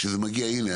כשזה מגיע הנה,